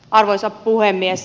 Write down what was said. arvoisa puhemies